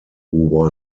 who